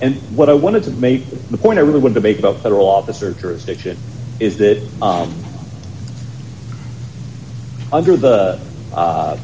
and what i wanted to make the point i really want to make about federal officer jurisdiction is that under the